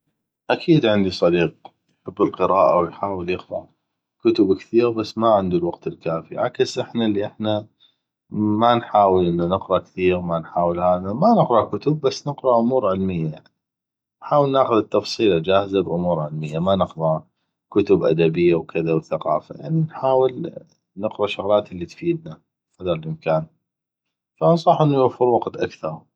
اكيد عندي صديق يحب القراءه ويحاول يقرا كتب كثيغه بس ما عندو الوقت الكافي عكس احنا اللي احنا ما نحاول انو نقرا كثيغ ما نقرا كتب بس نحاول نقرا امور علميه يعني نحاول ناخذ التفصيله جاهزه ب امور علميه ما نقرا كتب ادبيه وكذا وثقافه يعني نحاول نقرا شغلات اللي تفيدنا قدر الامكان ف انصحو انو يوفر وقت اكثغ